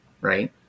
right